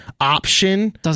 option